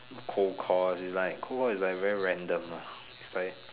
cold call is like cold call is like very random lah is like